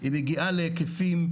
היא מגיעה להיקפים,